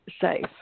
safe